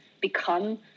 become